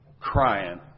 crying